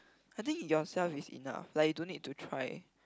I think yourself is enough like you don't need to try